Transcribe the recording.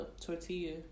Tortilla